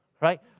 right